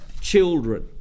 children